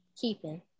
keeping